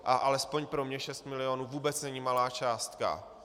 A alespoň pro mě šest milionů vůbec není malá částka.